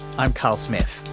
i'm carl smith.